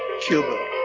Cuba